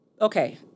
okay